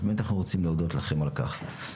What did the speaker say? אז באמת אנחנו רוצים להודות לכם על כך.